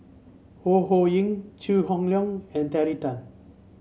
Ho Ho Ying Chew Hock Leong and Terry Tan